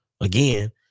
again